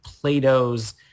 Plato's